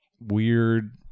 weird